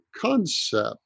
concept